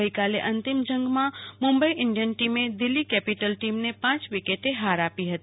ગઈકાલે અંતિમ જંગમાં મુંબઈ ઈન્ડિયન ટીમે દિલ્હી કેપિટલ ટીમને પાંચ વિકેટે હાર આપી હતી